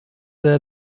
der